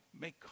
make